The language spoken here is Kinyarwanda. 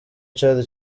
chad